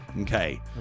Okay